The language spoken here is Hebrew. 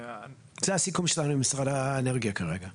זה הסיכום שלנו עם משרד האנרגיה כרגע.